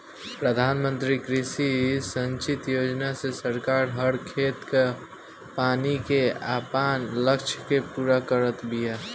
प्रधानमंत्री कृषि संचित योजना से सरकार हर खेत को पानी के आपन लक्ष्य के पूरा करत बिया